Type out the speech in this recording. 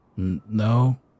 No